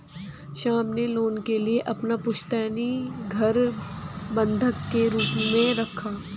श्याम ने लोन के लिए अपना पुश्तैनी घर बंधक के रूप में रखा